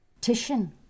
Titian